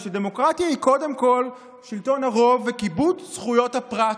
ושדמוקרטיה היא קודם כול שלטון הרוב וכיבוד זכויות הפרט.